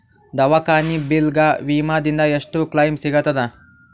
ದವಾಖಾನಿ ಬಿಲ್ ಗ ವಿಮಾ ದಿಂದ ಎಷ್ಟು ಕ್ಲೈಮ್ ಸಿಗತದ?